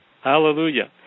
Hallelujah